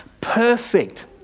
perfect